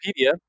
wikipedia